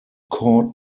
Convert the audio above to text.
court